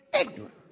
ignorant